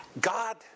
God